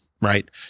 right